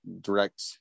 direct